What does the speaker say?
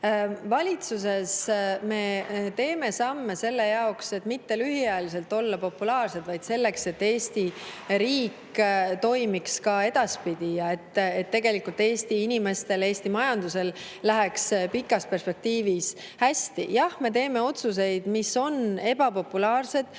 Valitsuses me teeme samme selle jaoks, et mitte olla lühiajaliselt populaarsed, vaid selleks, et Eesti riik toimiks ka edaspidi ja et Eesti inimestel ja Eesti majandusel läheks pikas perspektiivis hästi. Jah, me teeme otsuseid, mis on ebapopulaarsed